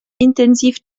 intensiv